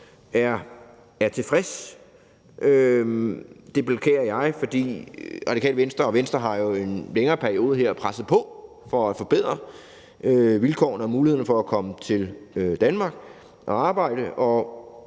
er tilfreds. Det beklager jeg, fordi Radikale Venstre og Venstre jo i en længere periode har presset på for at forbedre vilkårene og mulighederne for at komme til Danmark og arbejde.